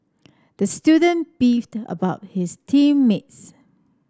the student beefed about his team mates